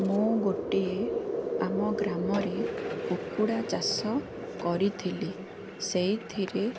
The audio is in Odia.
ମୁଁ ଗୋଟିଏ ଆମ ଗ୍ରାମରେ କୁକୁଡ଼ା ଚାଷ କରିଥିଲି ସେଇଥିରେ